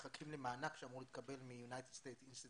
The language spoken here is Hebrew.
מחכים למענק שאמור להתקבל מ-United States Institute